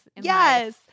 Yes